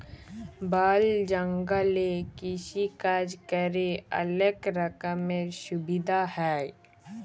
বল জঙ্গলে কৃষিকাজ ক্যরে অলক রকমের সুবিধা হ্যয়